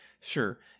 sure